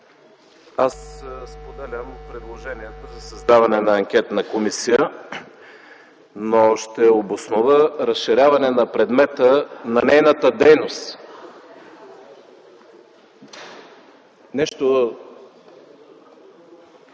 Аз споделям предложенията за създаване на анкетна комисия, но ще обоснова разширяването на предмета на нейната дейност. Става